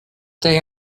day